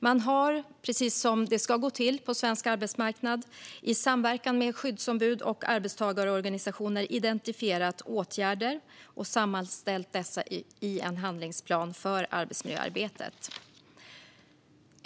Man har, precis som det ska gå till på svensk arbetsmarknad, i samverkan med skyddsombud och arbetstagarorganisationer identifierat åtgärder och sammanställt dessa i en handlingsplan för arbetsmiljöarbetet.